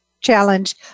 challenge